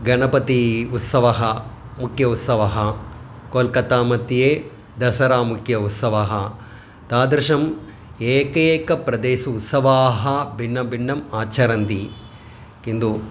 गणपत्युत्सवः मुखोत्सवः कोल्कत्तामध्ये दसरा मुखोत्सवः तादृशम् एकेक प्रदेशेषु उत्सवाः भिन्नं भिन्नम् आचरन्ति किन्तु